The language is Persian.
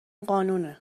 قانونه